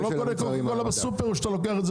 אתה לא קונה קולה בסופר או שאתה לוקח את זה